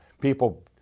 people